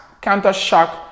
counter-shock